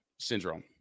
syndrome